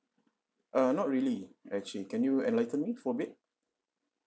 uh not really actually can you enlighten me for a bit